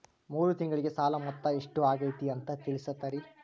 ಮೂರು ತಿಂಗಳಗೆ ಸಾಲ ಮೊತ್ತ ಎಷ್ಟು ಆಗೈತಿ ಅಂತ ತಿಳಸತಿರಿ?